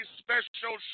special